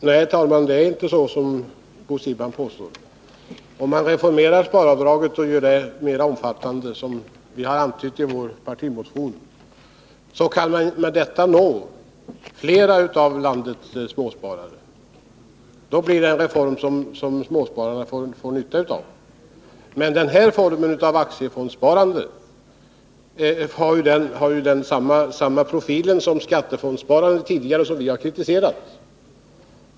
Herr talman! Nej, det är inte så som Bo Siegbahn påstår! Om man reformerar sparavdraget och gör det mer omfattande — som vi har föreslagit i vår partimotion — kan man med detta nå fler av landets småsparare. Då blir det en reform som småspararna får nytta av. Den här formen av aktiefondssparande har ju samma profil som det tidigare skattefondssparandet som vi har kritiserat.